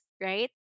right